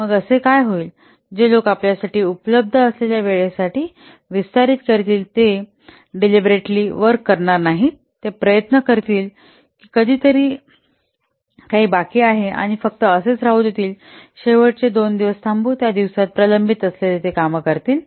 मग असे काय होईल जे लोक आपल्यासाठी उपलब्ध असलेल्या वेळेसाठी विस्तारित करतील ते डीलिबरेटली वर्क करणार नाहीत ते प्रयत्न करतील की कधीतरी बाकी आहे आणि फक्त असेच राहू देतील शेवटच्या दोन दिवस थांबू त्या दिवसांत प्रलंबित असलेली कामे करतात